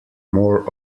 more